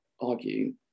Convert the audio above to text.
argue